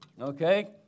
Okay